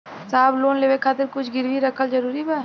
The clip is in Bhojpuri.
साहब लोन लेवे खातिर कुछ गिरवी रखल जरूरी बा?